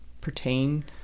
pertain